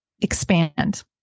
expand